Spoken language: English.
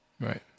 Right